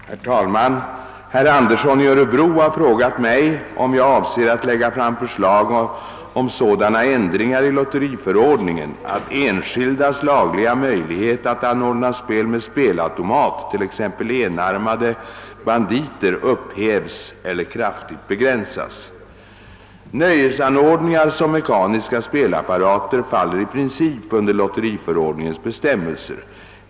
Herr talman! Herr Andersson i öÖrebro har frågat mig, om jag avser att lägga fram förslag om sådana ändringar i lotteriförordningen att enskildas lagliga möjlighet att anordna spel med spelautomat, t.ex. s.k. enarmade banditer, upphävs eller kraftigt begränsas. Nöjesanordningar som <:mekaniska spelapparater faller i princip under lotteriförordningens bestämmelser.